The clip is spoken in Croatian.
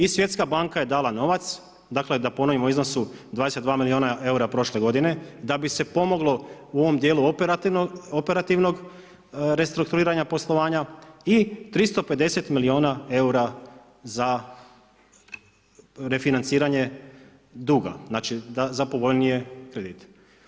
I svjetska banka je dala novac, dakle, da ponovimo u iznosu od 22 milijuna eura prošle godine, da bi se pomoglo u ovom dijelu operativnog restrukturiranja poslovanja i 350 milijuna eura za refinanciranje duga, znači za povoljnije kredite.